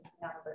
numbers